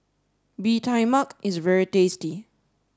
Bee Tai Mak is very tasty